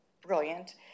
brilliant